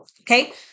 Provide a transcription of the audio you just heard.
okay